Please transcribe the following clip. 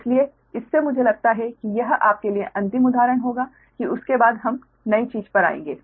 इसलिए इससे मुझे लगता है कि यह आपके लिए अंतिम उदाहरण होगा कि उसके बाद हम नई चीज पर जाएंगे